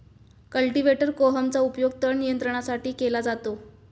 cultivator कोहमचा उपयोग तण नियंत्रणासाठी केला जातो